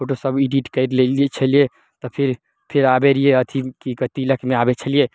तऽ फोटो सभ एडिट कए लेने छलियै तऽ फेर फेर आबय रहियै अथि की कहय तिलकमे आबय छलियै